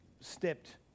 stepped